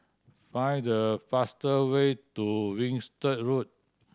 find the faster way to Winstedt Road